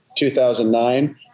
2009